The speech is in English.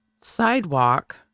sidewalk